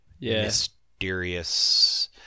mysterious